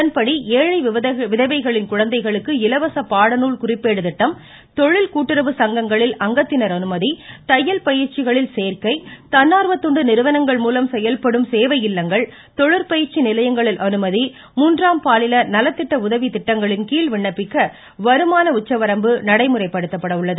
இதன்படி ஏழை விதவைகளின் குழந்தைகளுக்கு இலவச பாடஙால் குறிப்பேடு திட்டம் தொழில் கூட்டுறவு சங்கங்களில் அங்கத்தினர் அனுமதி தையல் பயிற்சிகளில் சேர்க்கை தன்னார்வ தொண்டு நிறுவனங்கள் மூலம் செயல்படும் சேவை இல்லங்கள் தொழிற்பயிற்சி நிலையங்களில் அனுமதி மூன்றாம் பாலின நலத்திட்ட உதவி திட்டங்களின் கீழ் விண்ணப்பிக்க வருமான உச்சவரம்பு நடைமுறைப்படுத்தப்பட உள்ளது